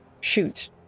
shoot